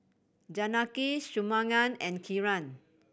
Janaki Shunmugam and Kiran